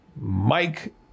Mike